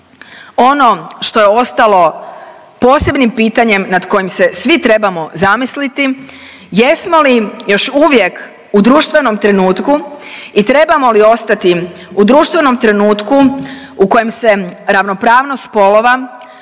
Ono što je ostalo posebnim pitanjem nad kojim se svi trebamo zamisliti jesmo li još uvijek u društvenom trenutku i trebamo li ostati u društvenom trenutku u kojem se ravnopravnost spolova